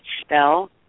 spell